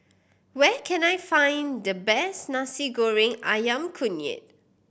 where can I find the best Nasi Goreng Ayam Kunyit